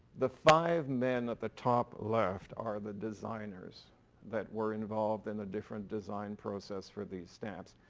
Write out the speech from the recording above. the five men at the top left are the designers that were involved in a different design process for these stamps.